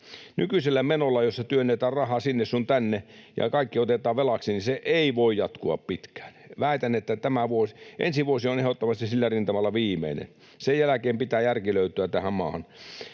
Nykyinen meno, jossa työnnetään rahaa sinne sun tänne ja kaikki otetaan velaksi, ei voi jatkua pitkään. Väitän, että ensi vuosi on ehdottomasti sillä rintamalla viimeinen. Sen jälkeen pitää järki löytyä tähän maahan.